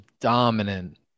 dominant